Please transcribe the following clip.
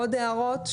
עוד הערות?